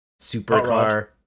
supercar